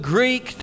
Greek